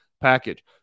package